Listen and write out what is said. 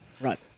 Right